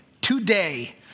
Today